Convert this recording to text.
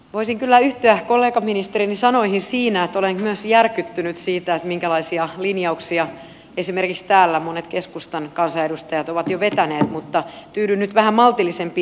voisin kyllä yhtyä ministerikollegani sanoihin siinä että olen myös järkyttynyt siitä minkälaisia linjauksia esimerkiksi täällä monet keskustan kansanedustajat ovat jo vetäneet mutta tyydyn nyt vähän maltillisempiin sanankäänteisiin